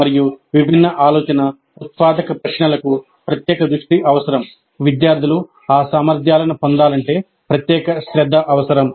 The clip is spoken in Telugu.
మరియు విభిన్న ఆలోచన ఉత్పాదక ప్రశ్నలకు ప్రత్యేక దృష్టి అవసరం విద్యార్థులు ఆ సామర్థ్యాలను పొందాలంటే ప్రత్యేక శ్రద్ధ అవసరం